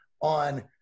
on –